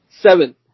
Seven